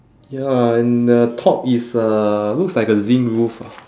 ya and the top is uh looks like a zinc roof ah